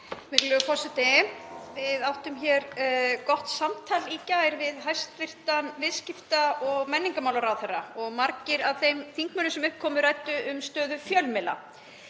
Virðulegur forseti. Við áttum hér gott samtal í gær við hæstv. viðskipta- og menningarmálaráðherra og margir af þeim þingmönnum sem upp komu ræddu um stöðu fjölmiðla.